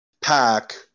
pack